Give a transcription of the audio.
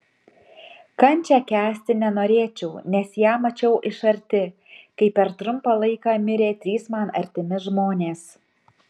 kančią kęsti nenorėčiau nes ją mačiau iš arti kai per trumpą laiką mirė trys man artimi žmonės